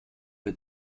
bei